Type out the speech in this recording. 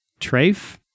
Trafe